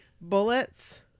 bullets